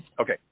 Okay